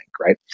right